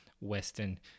Western